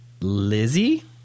Lizzie